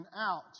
out